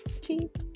cheap